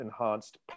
enhanced